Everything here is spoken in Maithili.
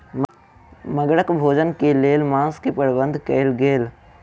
मगरक भोजन के लेल मांस के प्रबंध कयल गेल